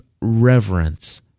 reverence